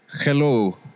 Hello